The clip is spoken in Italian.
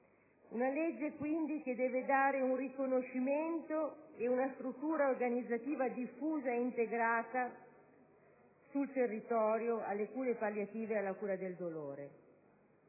una legge, quindi, che deve dare un riconoscimento e una struttura organizzativa diffusa ed integrata sul territorio alle cure palliative e alla cura del dolore.